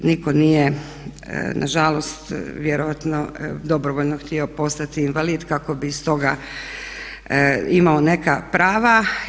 Nitko nije nažalost, vjerojatno dobrovoljno htio postati invalid kako bi iz toga imao neka prava.